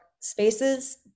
spaces